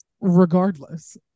Regardless